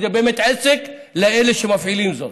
כי זה באמת עסק לאלה שמפעילים זאת.